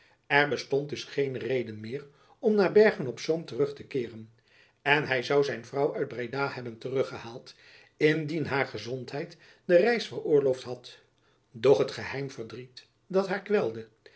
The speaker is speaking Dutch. er bestond dus geen reden meer om naar bergen-op-zoom terug te keeren en hy zoû zijn vrouw uit breda hebben terug gehaald indien haar gezondheid de reis veroorloofd had doch het geheim verdriet dat haar kwelde